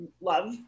love